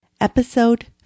Episode